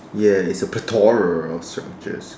ya it's a plethora of structures